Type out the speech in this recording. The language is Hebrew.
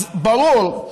ברור.